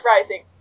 rising